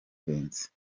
buhenze